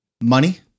money